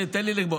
תן לי לגמור.